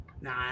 nah